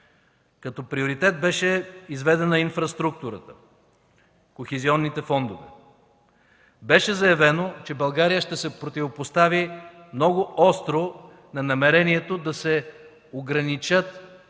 Като приоритет беше изведена инфраструктурата, кохезионните фондове. Беше заявено, че България ще се противопостави много остро на намерението да се ограничат,